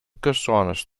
kustzones